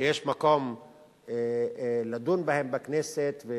שיש מקום לדון בהן בכנסת.